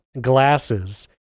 glasses